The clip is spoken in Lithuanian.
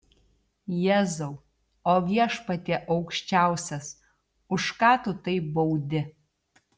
jėzau o viešpatie aukščiausias už ką tu taip baudi